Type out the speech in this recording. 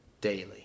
daily